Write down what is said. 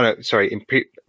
sorry